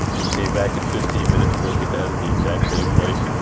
we came back in fifteen minutes, broke it down at at the exact same place.